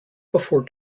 before